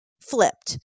flipped